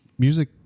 music